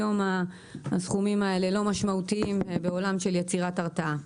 היום הסכומים האלה לא משמעותיים בעולם של יצירת הרתעה.